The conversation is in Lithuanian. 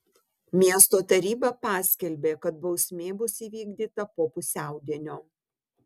miesto taryba paskelbė kad bausmė bus įvykdyta po pusiaudienio